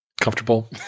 comfortable